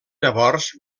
llavors